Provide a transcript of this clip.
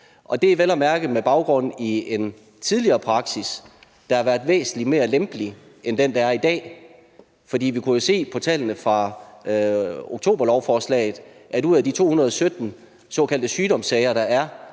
Det er vel at mærke med baggrund i en tidligere praksis, der har været væsentlig lempeligere end den, der er i dag. Vi kunne jo se på tallene fra lovforslaget i oktober, at ud af de 217 såkaldte sygdomssager, der er,